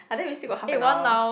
I think we still got half an hour